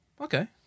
Okay